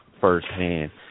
firsthand